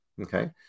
okay